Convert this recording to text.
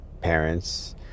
parents